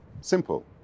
simple